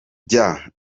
jya